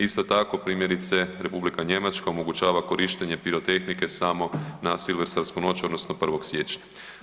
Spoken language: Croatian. Isto tako primjerice Republika Njemačka omogućava korištenje pirotehnike samo na Silvestarsku noć odnosno 1. siječnja.